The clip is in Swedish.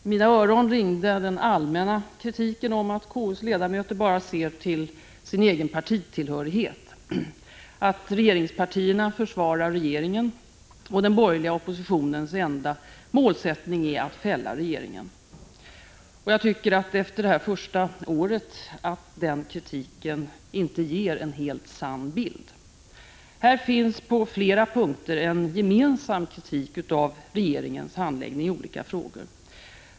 I mina öron ringde den allmänna kritiken av att konstitutionsutskottets ledamöter bara ser till sin egen partitillhörighet, att regeringspartierna försvarar regeringen och att den borgerliga oppositionens enda målsättning är att fälla regeringen. Jag tycker efter det här första året att den kritiken inte ger en helt sann bild. Här finns på flera punkter en gemensam kritik av regeringens handläggning av olika frågor.